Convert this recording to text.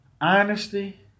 Honesty